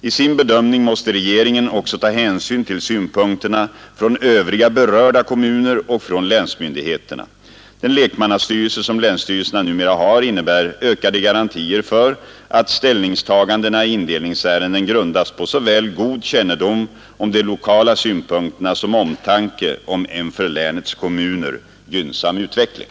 I sin bedömning måste regeringen också ta hänsyn till synpunkterna från övriga berörda kommuner och från länsmyndigheterna. Den lekmannastyrelse som länsstyrelserna numera har innebär ökade garantier för att ställningstagandena i indelningsärenden grundas på såväl god kännedom om de lokala synpunkterna som omtanke om en för länets kommuner gynnsam utveckling.